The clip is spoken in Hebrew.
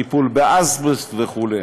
טיפול באזבסט וכו'.